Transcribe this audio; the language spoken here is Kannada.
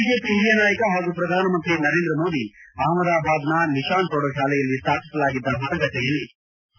ಬಿಜೆಪಿ ಹಿರಿಯ ನಾಯಕ ಹಾಗೂ ಪ್ರಧಾನಮಂತ್ರಿ ನರೇಂದ್ರ ಮೋದಿ ಅಹಮಾದಾಬಾದ್ನ ನಿಶಾನ್ ಪ್ರೌಢಶಾಲೆಯಲ್ಲಿ ಸ್ವಾಪಿಸಲಾಗಿದ್ದ ಮತಗಟ್ಟೆಯಲ್ಲಿ ಮತ ಚಲಾಯಿಸಿದರು